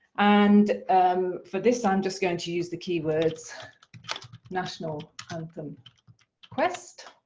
and for this i'm just going to use the keywords national anthem quest.